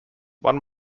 one